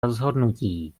rozhodnutí